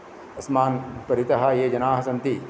अस्मान् परितः ये जनाः सन्ति